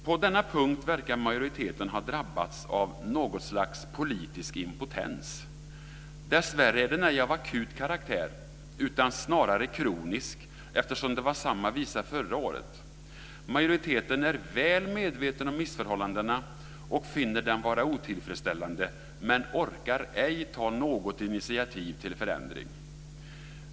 På denna punkt verkar majoriteten ha drabbats av något slags politisk impotens. Dessvärre är den ej av akut karaktär utan snarare kronisk, eftersom det var samma visa förra året. Majoriteten är väl medveten om missförhållandena och finner dem vara otillfredsställande men orkar ej ta något initiativ till förändring.